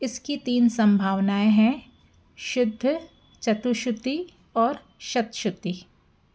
इसकी तीन सम्भावनाएँ हैं शुद्ध चतुश्रुति और शतश्रुति